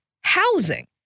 housing